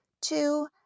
two